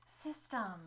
system